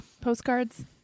postcards